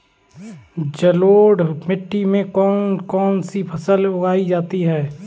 जलोढ़ मिट्टी में कौन कौन सी फसलें उगाई जाती हैं?